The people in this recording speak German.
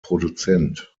produzent